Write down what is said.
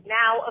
now